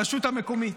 הרשות המקומית.